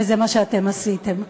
וזה מה שאתם עשיתם.